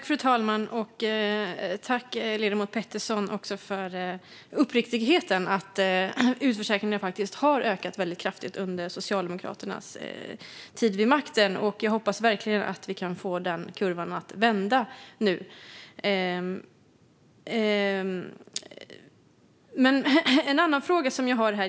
Fru talman! Tack, ledamot Petersson, för uppriktigheten att utförsäkringarna faktiskt har ökat väldigt kraftigt under Socialdemokraternas tid vid makten! Jag hoppas verkligen att vi nu kan få den kurvan att vända. Jag har en annan fråga.